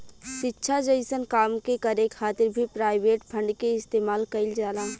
शिक्षा जइसन काम के करे खातिर भी प्राइवेट फंड के इस्तेमाल कईल जाला